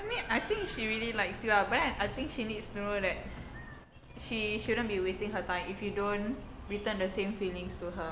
I mean I think she really likes you ah but then I think she needs to know that she shouldn't be wasting her time if you don't return the same feelings to her